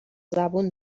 زبون